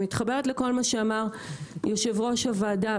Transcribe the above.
אני מתחברת לכל מה שאמר יושב-ראש הוועדה.